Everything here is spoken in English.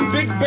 Big